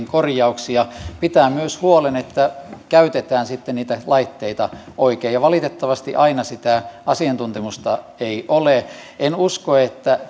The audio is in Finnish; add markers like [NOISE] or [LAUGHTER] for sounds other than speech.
[UNINTELLIGIBLE] korjauksia pitää myös huolen että käytetään sitten niitä laitteita oikein valitettavasti aina sitä asiantuntemusta ei ole en usko että [UNINTELLIGIBLE]